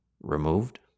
removed